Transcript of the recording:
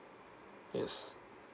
yes